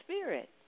Spirit